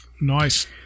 Nice